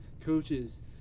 coaches